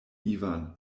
ivan